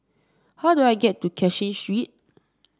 how do I get to Cashin Street